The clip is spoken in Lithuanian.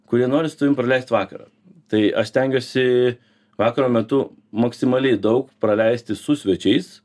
kurie nori su tavim praleist vakarą tai aš stengiuosi vakaro metu maksimaliai daug praleisti su svečiais